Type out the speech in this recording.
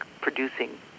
producing